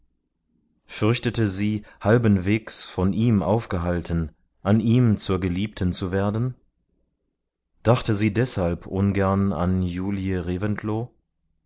fürchtete sie halben wegs von ihm aufgehalten an ihm zur geliebten zu werden dachte sie deshalb ungern an julie reventlow